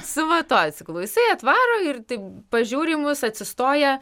su motociklu jisai atvaro ir taip pažiūri į mus atsistoja